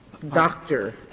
Doctor